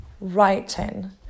writing